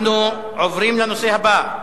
אנחנו עוברים לנושא הבא: